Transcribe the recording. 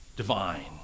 divine